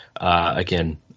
again –